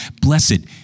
blessed